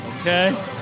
Okay